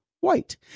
white